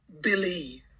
believe